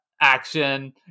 action